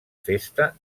festa